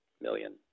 million